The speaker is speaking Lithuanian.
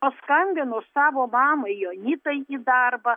paskambino savo mamai jonitai į darbą